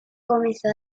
comenzó